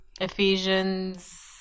Ephesians